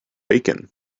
bacon